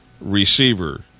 receiver